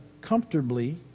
comfortably